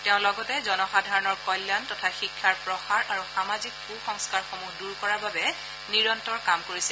তেওঁ লগতে জনসাধাৰণৰ কল্যাণ তথা শিক্ষাৰ প্ৰসাৰ আৰু সামাজিক কু সংস্কাৰসমূহ দূৰ কৰাৰ বাবে নিৰন্তৰ কাম কৰিছিল